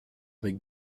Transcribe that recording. avec